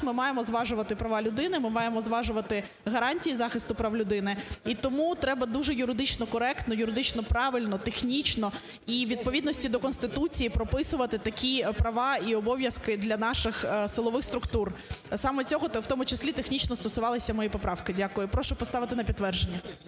ми маємо зважувати права людини, ми маємо зважувати гарантії захисту прав людини. І тому треба дуже юридично коректно, юридично правильно, технічно і у відповідності до Конституції прописувати такі права і обов'язки для наших силових структур. Саме цього в тому числі технічно стосувалися мої поправки. Дякую. Прошу поставити на підтвердження.